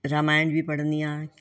रामायण बि पढ़ंदी आहियां